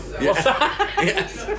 Yes